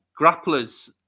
grapplers